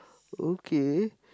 okay